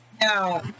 No